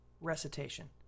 Recitation